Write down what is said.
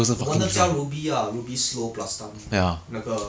no wonder 加 ruby lah ruby slow plus stun 那个